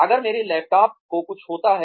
अगर मेरे लैपटॉप को कुछ होता है